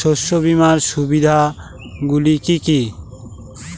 শস্য বীমার সুবিধা গুলি কি কি?